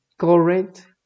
correct